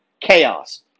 chaos